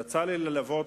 יצא לי ללוות